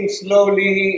slowly